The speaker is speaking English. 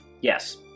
Yes